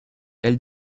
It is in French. elles